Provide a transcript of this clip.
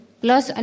plus